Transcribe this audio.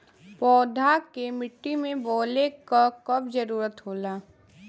पौधा के मिट्टी में बोवले क कब जरूरत होला